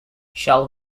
shall